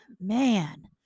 man